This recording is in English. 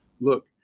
look